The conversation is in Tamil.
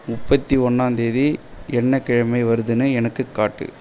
முப்பத்தி ஒன்னாந்தேதி என்ன கிழமை வருதுன்னு எனக்கு காட்டு